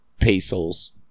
Peso's